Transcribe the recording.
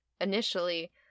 initially